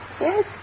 Yes